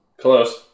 Close